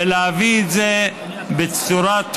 ולהביא את זה בצורת חוק,